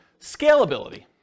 Scalability